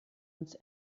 uns